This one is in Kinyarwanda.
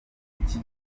iki